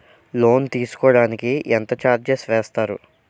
Loan తీసుకోడానికి ఎంత charges వేస్తారు?